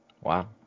Wow